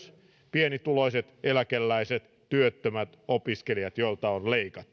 pienituloiset eläkeläiset työttömät opiskelijat joilta